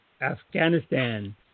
Afghanistan